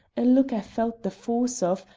a look i felt the force of,